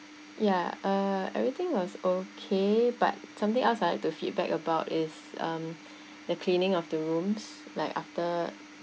ya uh everything was okay but something else I would like to feedback about is um the cleaning of the rooms like after